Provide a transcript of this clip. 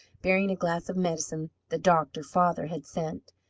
bearing a glass of medicine the doctor-father had sent.